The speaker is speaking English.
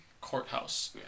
Courthouse